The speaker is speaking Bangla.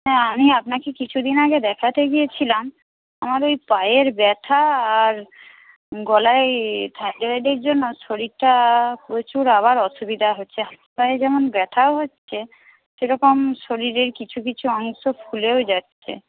হ্যাঁ আমি আপনাকে কিছুদিন আগে দেখাতে গিয়েছিলাম আমার ওই পায়ের ব্যথা আর গলায় থাইরয়েডের জন্য শরীরটা প্রচুর আবার অসুবিধা হচ্ছে পায়ে যেমন ব্যথাও হচ্ছে সেরকম শরীরের কিছু কিছু অংশ ফুলেও যাচ্ছে